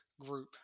group